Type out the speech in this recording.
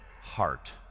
heart